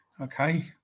Okay